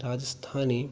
राजस्थाने